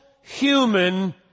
human